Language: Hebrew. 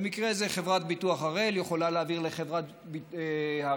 במקרה זה חברת ביטוח הראל יכולה להעביר לחברת הראל